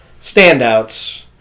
standouts